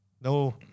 no